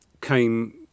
came